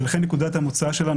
ולכן נקודה המוצא שלנו,